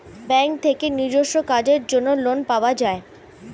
bank থেকে নিজস্ব কাজের জন্য লোন পাওয়া যায়